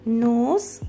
nose